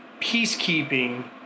peacekeeping